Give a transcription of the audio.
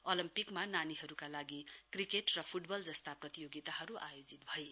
ओलेम्पिकमा नेत्रहीनहरूका लागि क्रिकेट र फुटबल जस्ता प्रतियोगिताहरू आयोजित भए